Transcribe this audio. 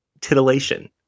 titillation